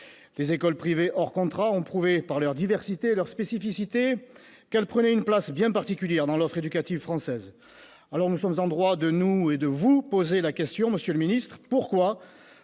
Les écoles privées hors contrat ont prouvé, par leur diversité et leurs spécificités, qu'elles occupaient une place bien particulière dans l'offre éducative française. Alors, nous sommes en droit de nous, de vous poser la question : pourquoi